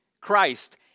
Christ